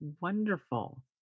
wonderful